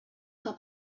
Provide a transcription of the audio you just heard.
que